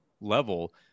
level